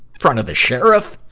front of the sheriff.